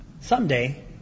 someday